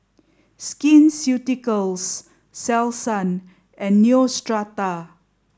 Skin Ceuticals Selsun and Neostrata